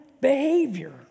behavior